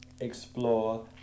explore